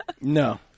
no